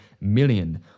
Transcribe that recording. million